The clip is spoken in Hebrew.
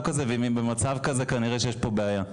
כזה ואם הם במצב כזה אז כנראה שיש פה בעיה.